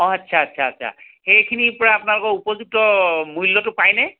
অঁ আচ্ছা আচ্ছা সেইখিনিৰপৰা আপোনালোকে উপযুক্ত মূল্য়টো পায়নে